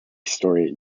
story